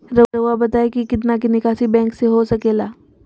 रहुआ बताइं कि कितना के निकासी बैंक से हो सके ला?